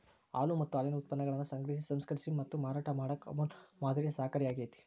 ಹಾಲು ಮತ್ತ ಹಾಲಿನ ಉತ್ಪನ್ನಗಳನ್ನ ಸಂಗ್ರಹಿಸಿ, ಸಂಸ್ಕರಿಸಿ ಮತ್ತ ಮಾರಾಟ ಮಾಡಾಕ ಅಮೂಲ್ ಮಾದರಿ ಸಹಕಾರಿಯಾಗ್ಯತಿ